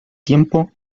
tiempo